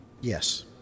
Yes